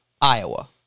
Iowa